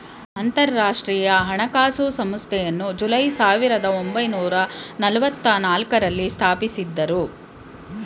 ಅಂತರಾಷ್ಟ್ರೀಯ ಹಣಕಾಸು ಸಂಸ್ಥೆಯನ್ನು ಜುಲೈ ಸಾವಿರದ ಒಂಬೈನೂರ ನಲ್ಲವತ್ತನಾಲ್ಕು ರಲ್ಲಿ ಸ್ಥಾಪಿಸಿದ್ದ್ರು